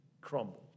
crumbled